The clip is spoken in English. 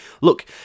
look